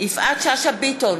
יפעת שאשא ביטון,